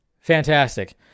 fantastic